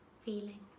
feeling